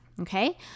Okay